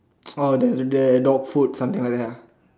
oh the the the dog food something like that ah